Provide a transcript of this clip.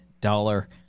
Dollar